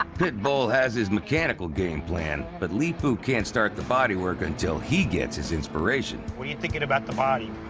pitbull has his mechanical game plan, but leepu can't start the bodywork until he gets his inspiration. what you thinking about the body?